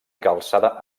calçada